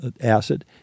Acid